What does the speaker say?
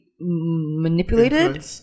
manipulated